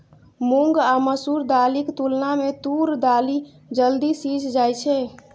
मूंग आ मसूर दालिक तुलना मे तूर दालि जल्दी सीझ जाइ छै